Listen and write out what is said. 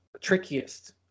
trickiest